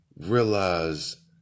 realize